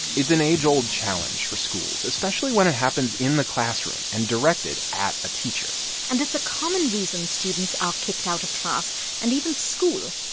it's an age-old challenge for schools, especially when it happens in the classroom and directed at a teacher and it's a common reason students are kicked out of class and even school.